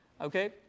okay